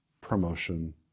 promotion